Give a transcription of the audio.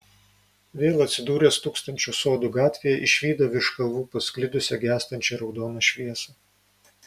vėl atsidūręs tūkstančio sodų gatvėje išvydo virš kalvų pasklidusią gęstančią raudoną šviesą